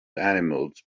animals